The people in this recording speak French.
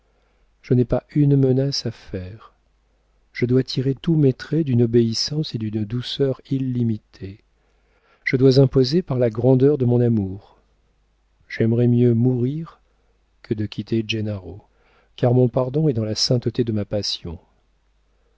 je n'ai pas une menace à faire je dois tirer tous mes attraits d'une obéissance et d'une douceur illimitées je dois imposer par la grandeur de mon amour j'aimerais mieux mourir que de quitter gennaro car mon pardon est dans la sainteté de ma passion